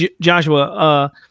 Joshua